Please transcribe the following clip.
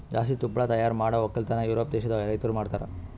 ಜಾಸ್ತಿ ತುಪ್ಪಳ ತೈಯಾರ್ ಮಾಡ್ ಒಕ್ಕಲತನ ಯೂರೋಪ್ ದೇಶದ್ ರೈತುರ್ ಮಾಡ್ತಾರ